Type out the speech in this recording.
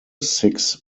six